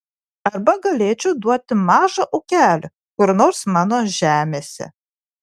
arba galėčiau duoti mažą ūkelį kur nors mano žemėse